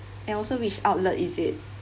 and also which outlet is it